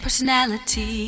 Personality